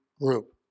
group